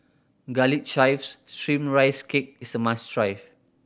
Garlic Chives Steamed Rice Cake is a must try